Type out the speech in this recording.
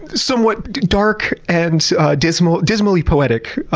somewhat dark and dismally dismally poetic. ah